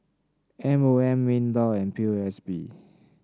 M O M Minlaw and P O S B